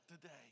today